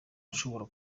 ushobora